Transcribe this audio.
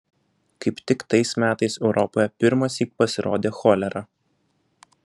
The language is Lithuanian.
kaip tik tais metais europoje pirmąsyk pasirodė cholera